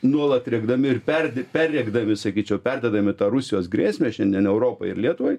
nuolat rėkdami ir perdi perrėkdami sakyčiau perdėdami tą rusijos grėsmę šiandien europai ir lietuvai